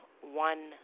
one